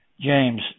James